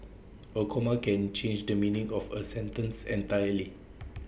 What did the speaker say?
A comma can change the meaning of A sentence entirely